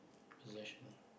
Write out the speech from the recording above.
possession